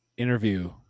interview